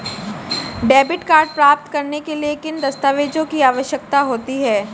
Debit card प्राप्त करने के लिए किन दस्तावेज़ों की आवश्यकता होती है?